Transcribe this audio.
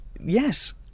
yes